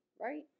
right